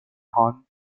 hahn